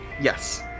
yes